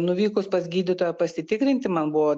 nuvykus pas gydytoją pasitikrinti man buvo